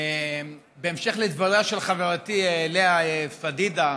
בהמשך לדבריה של חברתי לאה פדידה,